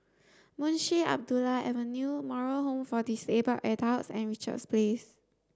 Munshi Abdullah Avenue Moral Home for Disabled Adults and Richards Place